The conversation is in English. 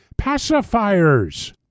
pacifiers